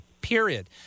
period